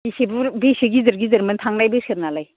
बेसे गिदिर गिदिरमोन थांनाय बोसोरनालाय